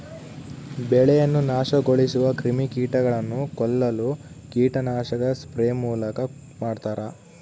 ಬೆಳೆಯನ್ನು ನಾಶಗೊಳಿಸುವ ಕ್ರಿಮಿಕೀಟಗಳನ್ನು ಕೊಲ್ಲಲು ಕೀಟನಾಶಕ ಸ್ಪ್ರೇ ಮೂಲಕ ಮಾಡ್ತಾರ